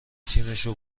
تیمشو